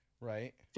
right